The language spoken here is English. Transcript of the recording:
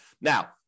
Now